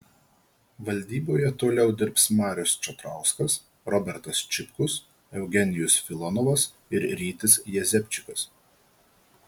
valdyboje toliau dirbs marius čatrauskas robertas čipkus eugenijus filonovas ir rytis jezepčikas